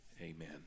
Amen